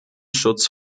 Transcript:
schutz